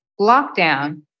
lockdown